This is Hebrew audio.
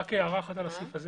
הערה אחת על הסעיף הזה